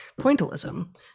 pointillism